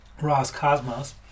Roscosmos